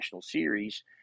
series